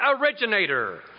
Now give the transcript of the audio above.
originator